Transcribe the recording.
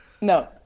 No